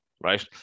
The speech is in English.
right